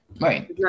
Right